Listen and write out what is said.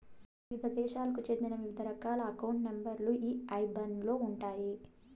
వివిధ దేశాలకు చెందిన వివిధ రకాల అకౌంట్ నెంబర్ లు ఈ ఐబాన్ లో ఉంటాయి